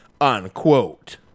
unquote